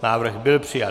Návrh byl přijat.